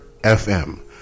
FM